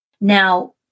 Now